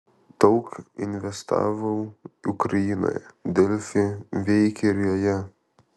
daug investavau ukrainoje delfi veikia ir joje